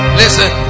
listen